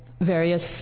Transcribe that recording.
various